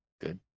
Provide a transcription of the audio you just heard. Good